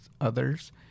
others